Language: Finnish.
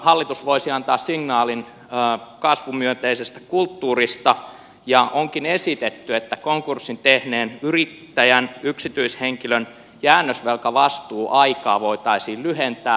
hallitus voisi antaa signaalin kasvumyönteisestä kulttuurista ja onkin esitetty että konkurssin tehneen yrittäjän yksityishenkilön jäännösvelkavastuuaikaa voitaisiin lyhentää